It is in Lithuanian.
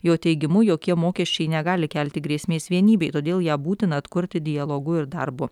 jo teigimu jokie mokesčiai negali kelti grėsmės vienybei todėl ją būtina atkurti dialogu ir darbu